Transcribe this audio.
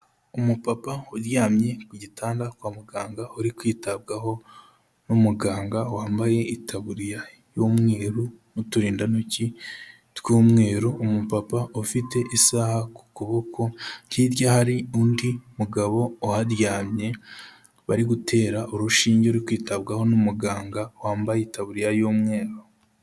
Umupapa uryamye ku gitanda kwa muganga, uri kwitabwaho n'umuganga wambaye itaburiya y'umweru n'uturindantoki tw'umweru; umupapa ufite isaha ku kuboko, hirya hari undi mugabo uharyamye bari gutera urushinge, uri kwitabwaho n'umuganga wambaye itaburiya y'umweru.